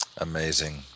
Amazing